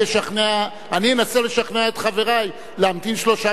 אני אנסה לשכנע את חברי להמתין שלושה